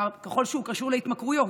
ככל שהוא קשור להתמכרויות,